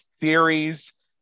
theories